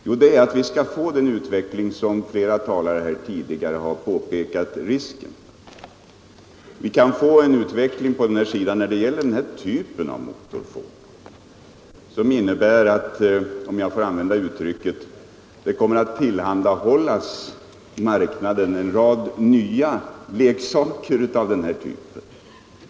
Jo, det är att vi skall få den utveckling som flera talare här har påpekat risken för. Vi kan när det gäller denna typ av motorfordon få bevittna att det på marknaden kommer att tillhandahållas — om jag får uttrycka mig så — en rad nya leksaker.